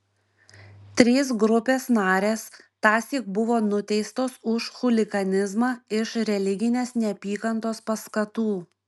trys grupės narės tąsyk buvo nuteistos už chuliganizmą iš religinės neapykantos paskatų